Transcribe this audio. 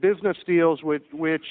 business deals with which